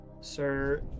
Sir